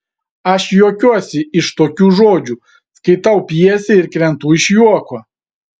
aš juokiuosi iš tokių žodžių skaitau pjesę ir krentu iš juoko